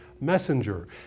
messenger